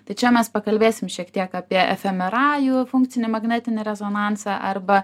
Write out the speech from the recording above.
tai čia mes pakalbėsim šiek tiek apie efemerajų funkcinį magnetinį rezonansą arba